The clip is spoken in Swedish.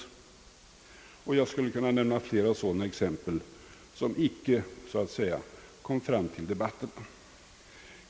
Jag skulle kunna nämna flera sådana exempel, som icke så att säga kom fram till debatt.